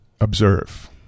observe